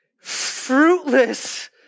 fruitless